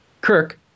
Kirk